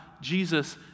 Jesus